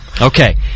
Okay